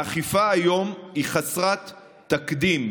האכיפה היום היא חסרת תקדים,